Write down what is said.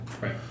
Right